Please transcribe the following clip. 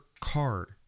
card